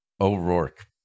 O'Rourke